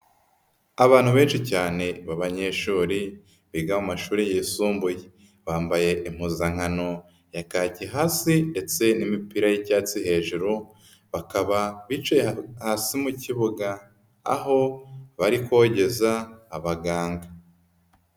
Abantu benshi cyane b'abanyeshuri, biga mu mashuri yisumbuye, bambaye impuzankano ya kaki hasi ndetse n'imipira y'icyatsi hejuru, bakaba bicaye hasi mu kibuga, aho bari kogeza abaganga.